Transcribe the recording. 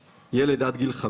ילדים.